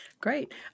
Great